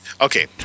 Okay